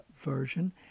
version